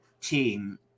team